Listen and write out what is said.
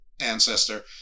ancestor